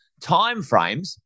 timeframes